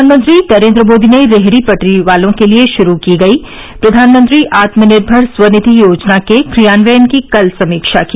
प्रधानमंत्री नरेन्द्र मोदी ने रेहड़ी पटरी वालों के लिए शुरू की गई प्रधानमंत्री आत्मनिर्मर स्व निधि योजना के क्रियान्वयन की कल समीक्षा की